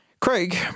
Craig